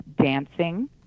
dancing